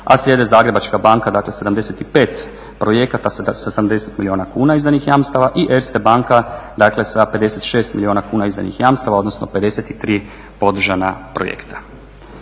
a slijede Zagrebačka banke dakle 75 projekata sa 80 milijuna kuna izdanih jamstava i Erste banka dakle sa 56 milijuna kuna izdanih jamstava, odnosno 53 podržana projekta.